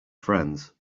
friends